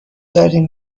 داریم